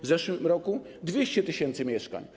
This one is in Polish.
W zeszłym roku - 200 tys. mieszkań.